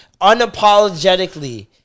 unapologetically